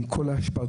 עם כל ההשפלות,